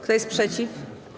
Kto jest przeciw?